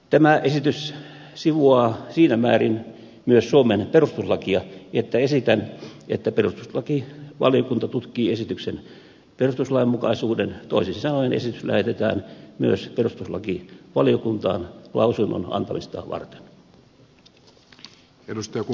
tämä esitys sivuaa siinä määrin myös suomen perustuslakia että esitän että perustuslakivaliokunta tutkii esityksen perustuslainmukaisuuden toisin sanoen että esitys lähetetään myös perustuslakivaliokuntaan lausunnon antamista varten